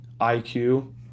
IQ